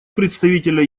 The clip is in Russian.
представителя